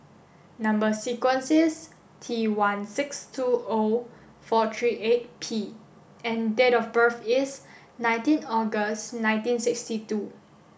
number sequence is T one six two O four three eight P and date of birth is nineteen August nineteen sixty two